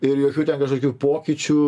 ir jokių ten kažkokių pokyčių